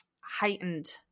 heightened